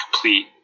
complete